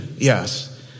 Yes